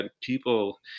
People